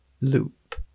Loop